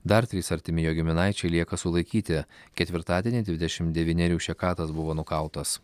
dar trys artimi jo giminaičiai lieka sulaikyti ketvirtadienį dvidešim devynerių šekatas buvo nukautas